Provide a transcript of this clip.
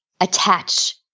attach